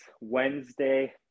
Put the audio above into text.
Wednesday